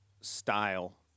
style